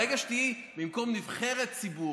ברגע שתהיי במקום נבחרת ציבור,